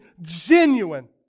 genuine